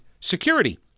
security